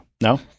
no